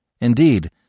Indeed